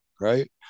right